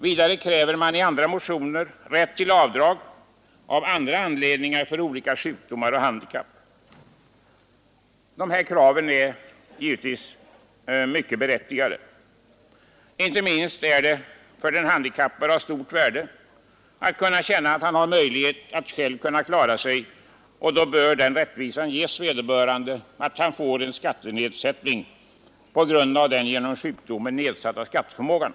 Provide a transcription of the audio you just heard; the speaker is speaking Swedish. Vidare kräver man i andra motioner rätt till avdrag av andra anledningar för olika sjukdomar och handikapp. Dessa krav är givetvis mycket berättigade. Inte minst är det för den handikappade av stort värde att kunna känna att han har möjlighet att själv kunna klara sig. Då bör den möjligheten ges vederbörande att han för rättvisans skull får en skattenedsättning på 25 grund av den genom sjukdomen nedsatta skatteförmågan.